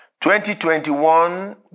2021